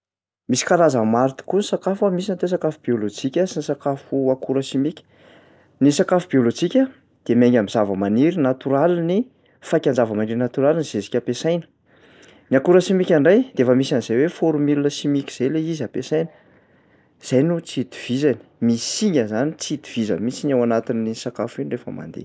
Misy karazany maro tokoa ny sakafo a. Misy ny atao hoe sakafo biôlôjika sy sakafo akora simika. Ny sakafo biôlôjika de miainga am'zava-maniry natoraly ny- faikan-java-maniry natoraly ny zezika ampiasaina. Ny akora simika indray dia efa misy an'zay hoe formule simika izay ilay izy ampiasaina. Izay no tsy itovizany. Misy singa izany tsy itovizany mihitsiny ao anatin'ny sakafo iny rehefa mandeha.